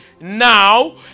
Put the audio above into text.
now